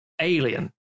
alien